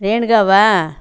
ரேணுகாவா